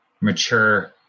mature